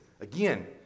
Again